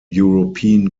european